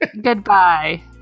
goodbye